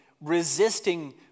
resisting